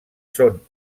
són